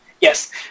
Yes